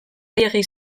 gehiegi